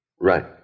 Right